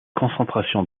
concentration